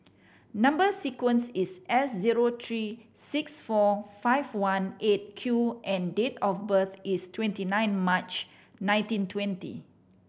number sequence is S zero three six four five one Eight Q and date of birth is twenty nine March nineteen twenty